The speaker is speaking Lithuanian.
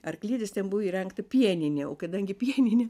arklidės ten buvo įrengta pieninė o kadangi pieninė